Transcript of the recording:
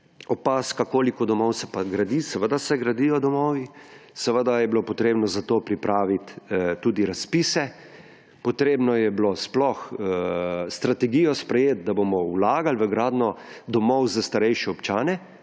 opazka, koliko domov se pa gradi. Seveda se gradijo domovi, seveda je bilo potrebno za to pripraviti tudi razpise, potrebno je bilo sploh strategijo sprejeti, da bomo vlagali v gradnjo domov za starejše občane,